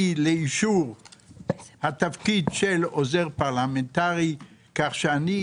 לאישור התפקיד של עוזר פרלמנטרי כך שאיני